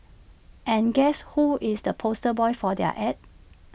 and guess who is the poster boy for their Ad